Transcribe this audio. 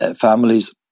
families